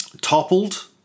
toppled